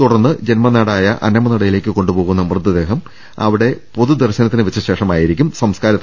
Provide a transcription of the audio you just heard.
തുടർന്ന് ജന്മനാടായ അന്നമനടയിലേക്കു കൊണ്ടുപോകുന്ന മൃതദേഹം അവിടെ പൊതുദർശനത്തിനുവെച്ച ശേഷമായിരിക്കും സംസ്കാരം